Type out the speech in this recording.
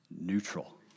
neutral